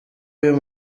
uyu